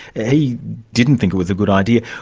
he didn't think it was a good idea.